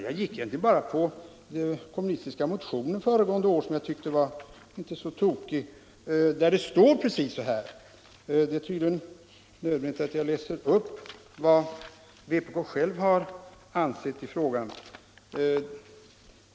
Jag följde egentligen bara den kommunistiska motionen från föregående år, som jag tyckte inte var så tokig. Där stod nämligen precis så här, men tydligen är det nödvändigt att jag läser upp vad vpk självt har ansett i frågan.